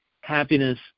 happiness